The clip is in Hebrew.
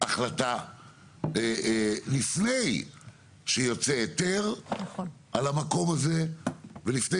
החלטה לפני שיוצא היתר על המקום הזה ולפני